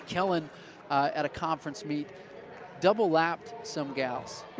kellen at a conference meet double lapped some gals.